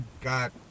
got